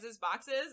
boxes